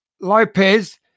Lopez